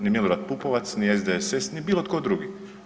Ni Milorad Pupovac ni SDSS ni bilo tko drugi.